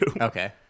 Okay